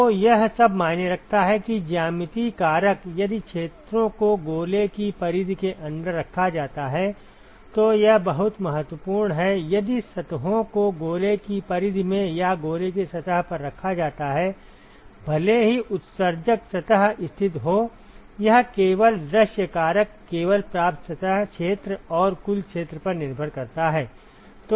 तो यह सब मायने रखता है कि ज्यामितीय कारक यदि क्षेत्रों को गोले की परिधि के अंदर रखा जाता है तो यह बहुत महत्वपूर्ण है यदि सतहों को गोले की परिधि में या गोले की सतह पर रखा जाता है भले ही उत्सर्जक सतह स्थित हो यह केवल दृश्य कारक केवल प्राप्त सतह क्षेत्र और कुल क्षेत्र पर निर्भर करता है